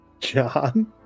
John